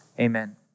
amen